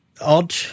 odd